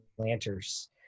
planters